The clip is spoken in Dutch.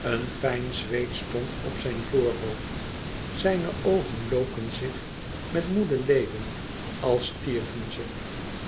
een fijn zweet stond op zijn voorhoofd zijne oogen loken zich met moede leden als stierven ze